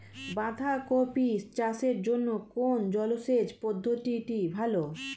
বাঁধাকপি চাষের জন্য কোন জলসেচ পদ্ধতিটি ভালো?